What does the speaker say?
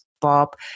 Bob